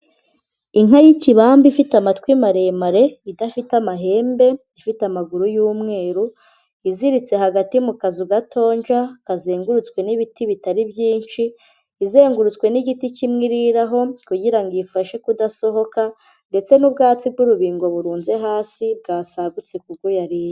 Inka y'ikibamba ifite amatwi maremare idafite amahembe, ifite amaguru y'umweru, iziritse hagati mu kazu gatonja kazengurutswe n'ibiti bitari byinshi, izengurutswe n'igiti kimwe iriraho kugira ngo iyifashe kudasohoka ndetse n'ubwatsi bw'urubingo burunze hasi bwasagutse ku bwo yariye.